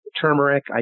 turmeric